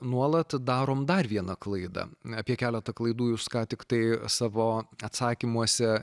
nuolat darom dar vieną klaidą apie keletą klaidų jūs ką tiktai savo atsakymuose